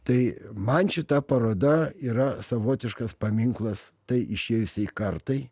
tai man šita paroda yra savotiškas paminklas tai išėjusiai kartai